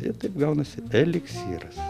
ir taip gaunasi eliksyras